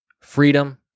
freedom